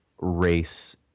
race